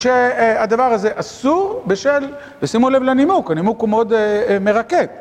שהדבר הזה אסור בשל, ושימו לב לנימוק, הנימוק הוא מאוד מרקד.